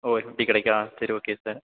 ஓ fifty கிடைக்கா சரி okay sir